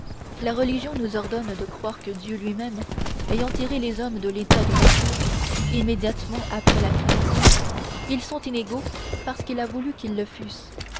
la religion nous ordonne de croire que dieu lui-même ayant tiré les hommes de l'état de nature immédiatement après la création ils sont inégaux parce qu'il a voulu qu'ils le fussent